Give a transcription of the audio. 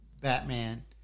Batman